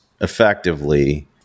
effectively